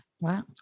Wow